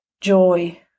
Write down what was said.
joy